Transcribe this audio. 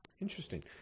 interesting